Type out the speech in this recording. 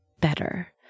better